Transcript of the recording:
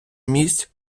місць